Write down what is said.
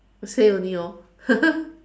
say only orh